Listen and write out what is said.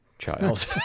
Child